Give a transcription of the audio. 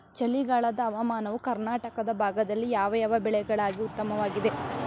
ಚಳಿಗಾಲದ ಹವಾಮಾನವು ಕರ್ನಾಟಕದ ಭಾಗದಲ್ಲಿ ಯಾವ್ಯಾವ ಬೆಳೆಗಳಿಗೆ ಉತ್ತಮವಾಗಿದೆ?